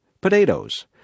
potatoes